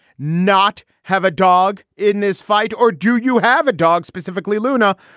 not have a dog in this fight or do you have a dog specifically, luna?